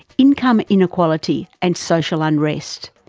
income inequality and social unrest.